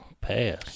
pass